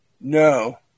No